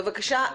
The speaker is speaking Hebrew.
בבקשה,